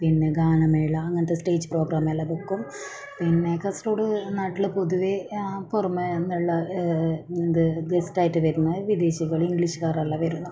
പിന്നെ ഗാനമേള അങ്ങനത്തെ സ്റ്റേജ് പ്രോഗ്രാം എല്ലാം ബെക്കും പിന്നെ കാസർഗോഡ് നാട്ടിൽ പൊതുവെ പുറമെ നിന്നുള്ള ഇത് ഇത് ഇഷ്ടമായിട്ട് വരുന്ന വിദേശികൾ ഇംഗ്ലീഷ്കാർ എല്ലാം വരും നമ്മൾ